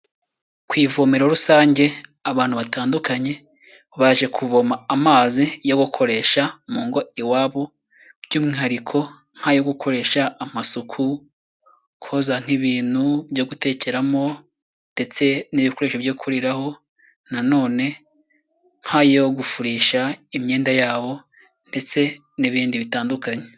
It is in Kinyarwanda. Ku ivomero rusange abantu batandukanye baje kuvoma amazi yo gukoresha mu ngo iwabo by'umwihariko nk'ayo gukoresha amasuku, koza nk'ibintu byo gutekeramo ndetse n'ibikoresho byo kuriraraho, na none nk'ayo gufurisha imyenda yabo ndetse n'ibindi bitandukanye.